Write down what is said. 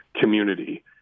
community